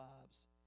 lives